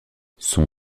son